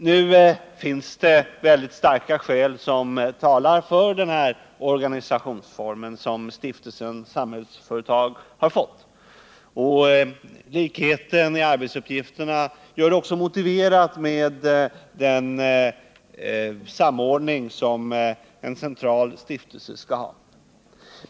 Nu finns det väldigt starka skäl som talar för denna organisationsform som Stiftelsen Samhällsföretag har fått. Likheten i arbetsuppgifterna gör det också motiverat med den samordning som en central stiftelse skall ha.